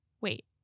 Wait